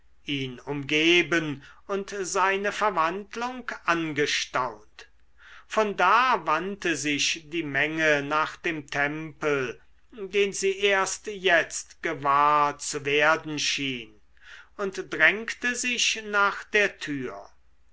ihn umgeben und seine verwandlung angestaunt von da wandte sich die menge nach dem tempel den sie erst jetzt gewahr zu werden schien und drängte sich nach der tür